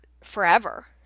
forever